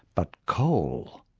but coal,